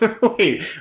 Wait